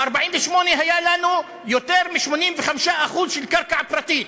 ב-1948 היו לנו יותר מ-85% של קרקע פרטית.